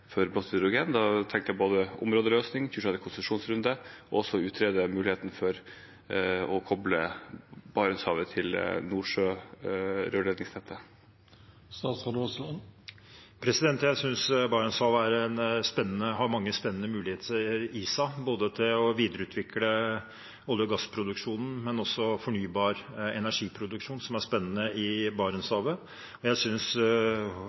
for blått hydrogen? Da tenker jeg på både områdeløsning, 26. konsesjonsrunde og også å utrede muligheten for å koble Barentshavet til Nordsjø-rørledningsnettet. Jeg synes Barentshavet har mange spennende muligheter i seg med hensyn til å videreutvikle olje- og gassproduksjonen, men også fornybar energiproduksjon i Barentshavet er spennende.